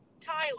Tyler